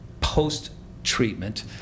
post-treatment